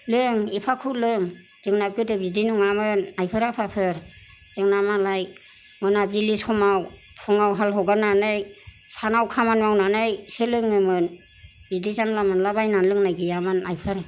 लों एफाखौ लों जोंना गोदो बिदि नङामोन आयफोर आफाफोर जोंना मालाय मोनाबिलि समाव फुंआव हाल हगारनानै सानाव खामानि मावनानैसो लोङोमोन बिदि जानला मोनला बायनानै लोंनाय गैयामोन आयफोर